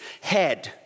head